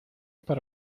para